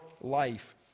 life